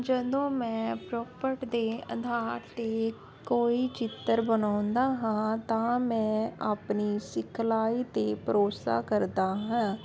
ਜਦੋਂ ਮੈਂ ਪ੍ਰੋਪਟ ਦੇ ਅਧਾਰ 'ਤੇ ਕੋਈ ਚਿੱਤਰ ਬਣਾਉਂਦਾ ਹਾਂ ਤਾਂ ਮੈਂ ਆਪਣੀ ਸਿਖਲਾਈ 'ਤੇ ਭਰੋਸਾ ਕਰਦਾ ਹਾਂ